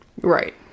Right